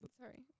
Sorry